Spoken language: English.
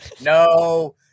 no